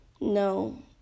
No